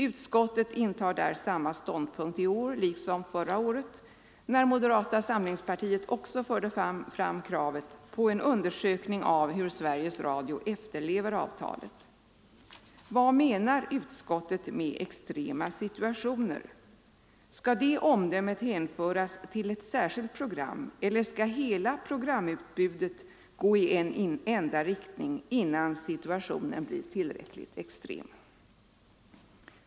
Utskottet intar där samma ståndpunkt i år som förra året när moderata samlingspartiet också förde fram kravet på en undersökning av hur Sveriges Radio efterlever avtalet. Vad menar utskottet med extrema situa tioner? Och skall det omdömet hänföras till ett särskilt program eller skall hela programutbudet gå i en enda riktning innan situationen blir tillräckligt extrem?